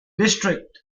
district